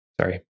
Sorry